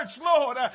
lord